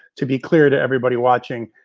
to be clear to everybody watching,